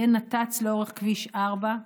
יהיה נת"צ לאורך כביש 4,